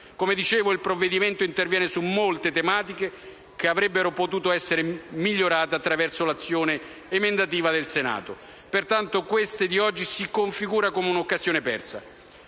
Come dicevo, il provvedimento interviene su molte tematiche che avrebbero potuto essere migliorate attraverso l'azione emendativa del Senato. Pertanto, questa di oggi si configura come un'occasione persa.